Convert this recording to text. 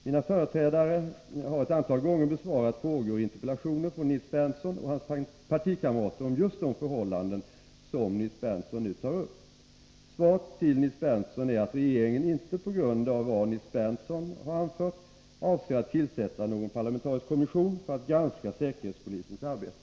Mina företrädare har ett antal gånger besvarat frågor och interpellationer från Nils Berndtson och hans partikamrater om just de förhållanden som Nils Berndtson nu tar upp. Svaret till Nils Berndtson är att regeringen inte på grund av vad Nils Berndtson har anfört avser att tillsätta någon parlamentarisk kommission för att granska säkerhetspolisens arbete.